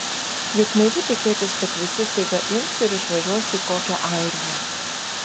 juk naivu tikėtis kad visi staiga ims ir išvažiuos į kokią airiją